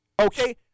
okay